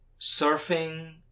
surfing